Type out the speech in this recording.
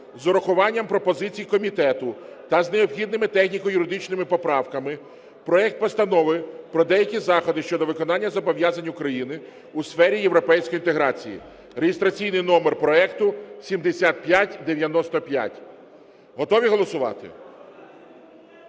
з урахуванням пропозицій комітету та з необхідними техніко-юридичними поправками проект Постанови про деякі заходи щодо виконання зобов’язань України у сфері європейської інтеграції (реєстраційний номер проекту 7595). Готові голосувати?